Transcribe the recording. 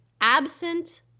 Absent